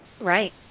Right